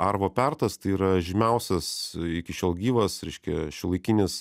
arvo pertas tai yra žymiausias iki šiol gyvas reiškia šiuolaikinis